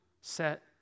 set